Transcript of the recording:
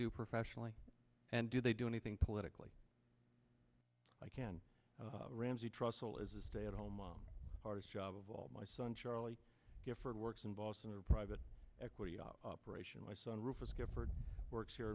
do professionally and do they do anything politically i can ramsey trussell is a stay at home mom hardest job of all my son charlie gifford works in boston or private equity gratian my son rufus gifford works here